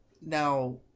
now